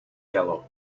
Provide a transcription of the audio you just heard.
yellow